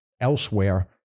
elsewhere